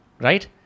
right